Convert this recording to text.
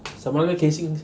什么的 casings